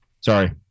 Sorry